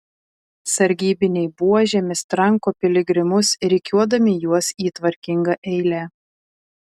sargybiniai buožėmis tranko piligrimus rikiuodami juos į tvarkingą eilę